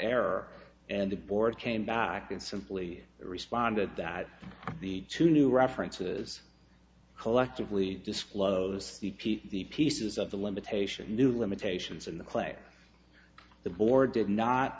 error and the board came back and simply responded that the two new references collectively disclose the pieces of the limitations new limitations in the claim the board did not